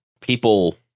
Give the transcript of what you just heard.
people